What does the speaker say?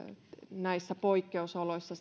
näissä poikkeusoloissa